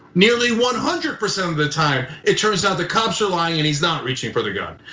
nearly one hundred percent of the time, it turns out the cops are lying and he's not reaching for the gun.